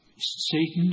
Satan